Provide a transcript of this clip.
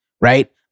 right